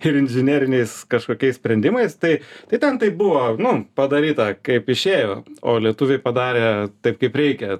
ir inžineriniais kažkokiais sprendimais tai tai ten tai buvo nu padaryta kaip išėjo o lietuviai padarė taip kaip reikia